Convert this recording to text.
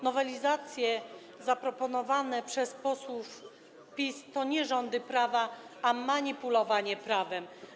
Nowelizacje zaproponowane przez posłów PiS to nie rządy prawa, ale manipulowanie prawem.